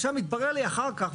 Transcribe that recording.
עכשיו מתברר לי אחר כך,